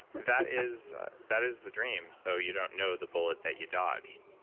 that is that is the dream. so you don't know the bullet that you dodged.